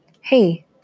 Hey